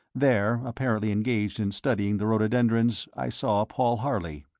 there, apparently engaged in studying the rhododendrons, i saw paul harley.